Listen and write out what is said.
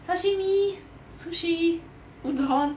sashimi sushi udon